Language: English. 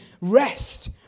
rest